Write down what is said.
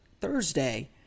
Thursday